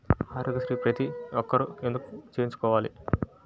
ఆరోగ్యశ్రీ ప్రతి ఒక్కరూ ఎందుకు చేయించుకోవాలి?